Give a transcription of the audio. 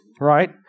right